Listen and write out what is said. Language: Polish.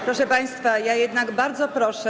Proszę państwa, ja jednak bardzo proszę.